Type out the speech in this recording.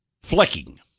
Flicking